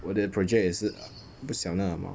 我的 project 也是不小那 amount